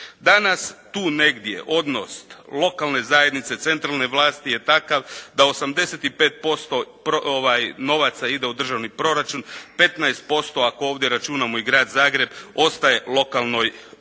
Danas, tu negdje odnos lokalne zajednice, centralne vlasti je takav da 85% novaca ide u državni proračun, 15% ako ovdje računamo i Grad Zagreb ostaje lokalnoj samoupravi.